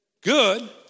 good